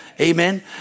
Amen